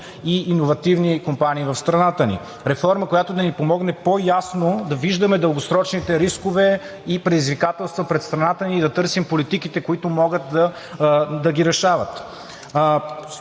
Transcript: и иновативни компании в страната ни, реформа, която да ни помогне по-ясно да виждаме дългосрочните рискове и предизвикателства пред страната ни и да търсим политиките, които могат да ги решават.